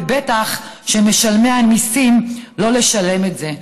ובטח שמשלמי המיסים לא אמורים לשלם את זה.